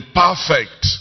perfect